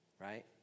right